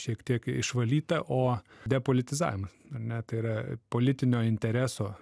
šiek tiek išvalyta o depolitizavimo ar ne tai yra politinio intereso